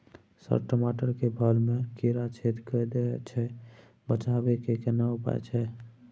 Sir टमाटर के फल में कीरा छेद के दैय छैय बचाबै के केना उपाय छैय?